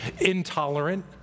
intolerant